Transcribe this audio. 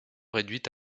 réduite